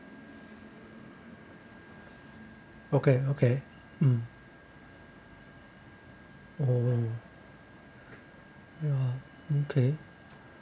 okay okay uh oh ah okay